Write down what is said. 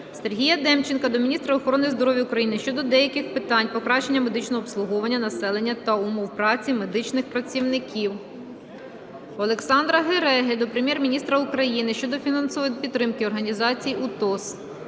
Сергія Демченка до міністра охорони здоров'я України щодо деяких питань покращення медичного обслуговування населення та умов праці медичних працівників. Олександра Гереги до Прем'єр-міністра України щодо фінансової підтримки організацій УТОС.